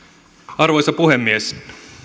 arvoisa puhemies